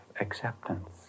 acceptance